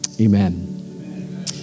Amen